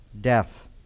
death